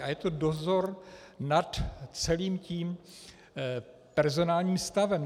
A je to dozor nad celým personálním stavem.